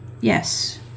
yes